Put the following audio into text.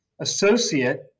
associate